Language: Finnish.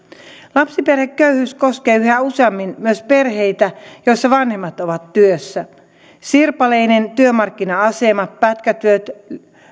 lapsiperheköyhyys koskee yhä useammin myös perheitä joissa vanhemmat ovat työssä sirpaleinen työmarkkina asema pätkätyöt